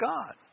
God